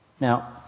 Now